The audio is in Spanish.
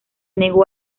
negó